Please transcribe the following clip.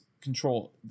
control